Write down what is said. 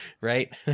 Right